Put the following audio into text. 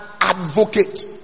advocate